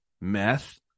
meth